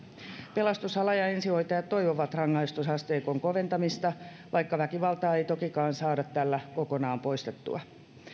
pelastusala ja ensihoitajat toivovat rangaistusasteikon koventamista vaikka väkivaltaa ei tokikaan saada tällä kokonaan poistettua